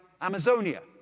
Amazonia